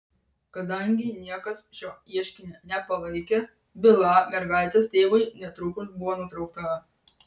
kadangi niekas šio ieškinio nepalaikė byla mergaitės tėvui netrukus buvo nutraukta